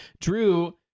Drew